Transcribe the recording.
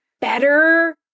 better